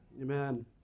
Amen